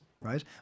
right